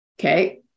Okay